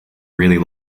really